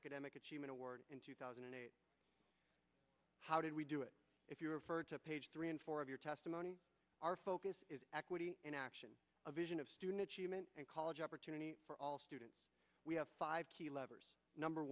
academic achievement award in two thousand and eight how did we do it if you refer to page three in four of your testimony our focus is equity in action a vision of student achievement and college opportunity for all students we have five